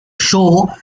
show